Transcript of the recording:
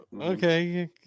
okay